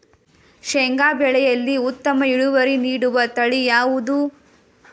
ಶೇಂಗಾ ಬೆಳೆಯಲ್ಲಿ ಉತ್ತಮ ಇಳುವರಿ ನೀಡುವ ತಳಿ ಯಾವುದು?